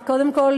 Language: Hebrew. קודם כול,